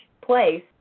place